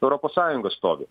europos sąjunga stovi